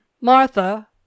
Martha